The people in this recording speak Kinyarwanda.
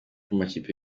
amakipe